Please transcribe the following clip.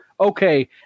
okay